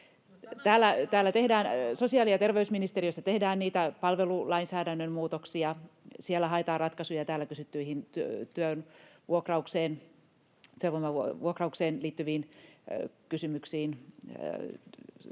välihuuto] Sosiaali- ja terveysministeriössä tehdään niitä palvelulainsäädännön muutoksia. Siellä haetaan ratkaisuja täällä kysyttyihin työvoimavuokraukseen liittyviin kysymyksiin.